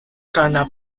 karena